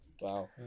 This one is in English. Wow